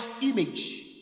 image